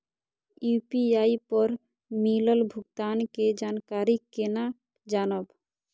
UPI पर मिलल भुगतान के जानकारी केना जानब?